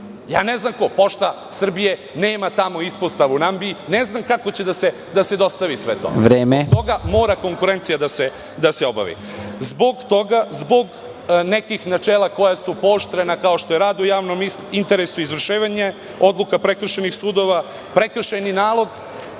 Ne znam ko? Pošta Srbije nema ispostavu u Nambiji i ne znam kako će da se dostavi sve to. Zbog toga mora da se obavi konkurencija. Zbog toga, zbog nekih načela koja su pooštrena, kao što je rad u javnom interesu, izvršavanje odluka prekršajnih sudova, prekršajnih naloga